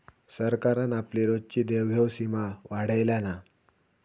सरकारान आपली रोजची देवघेव सीमा वाढयल्यान हा